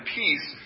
peace